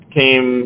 came